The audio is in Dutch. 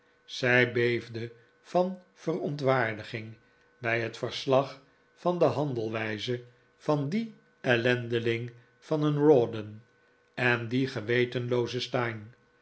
zij beefde van verontwaardiging bij het verslag van de handelwijze van dien ellendeling van een rawdon en dien gewetenloozen